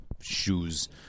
shoes